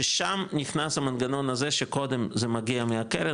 ששם נכנס המנגנון הזה שקודם זה מגיע מהקרן,